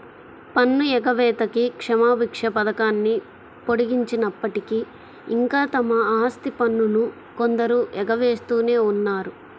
పన్ను ఎగవేతకి క్షమాభిక్ష పథకాన్ని పొడిగించినప్పటికీ, ఇంకా తమ ఆస్తి పన్నును కొందరు ఎగవేస్తూనే ఉన్నారు